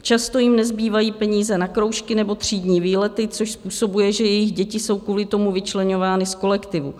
Často jim nezbývají peníze na kroužky nebo třídní výlety, což způsobuje, že jejich děti jsou kvůli tomu vyčleňovány z kolektivu.